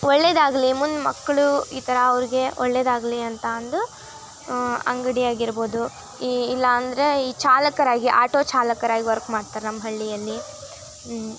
ಒಳ್ಳೇದಾಗಲಿ ಮುಂದೆ ಮಕ್ಕಳು ಈ ಥರ ಅವರಿಗೆ ಒಳ್ಳೇದಾಗಲಿ ಅಂತ ಅಂದು ಅಂಗಡಿ ಆಗಿರ್ಬೋದು ಈ ಇಲ್ಲಾಂದರೆ ಈ ಚಾಲಕರಾಗಿ ಆಟೋ ಚಾಲಕರಾಗಿ ವರ್ಕ್ ಮಾಡ್ತಾರೆ ನಮ್ಮ ಹಳ್ಳಿಯಲ್ಲಿ